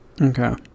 Okay